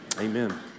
Amen